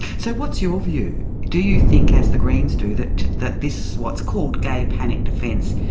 so what's your view? do you think, as the greens do, that that this, what's called gay panic defence,